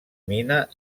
mina